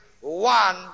one